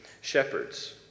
shepherds